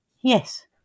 Yes